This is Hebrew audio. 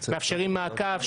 מאפשרים מעקב,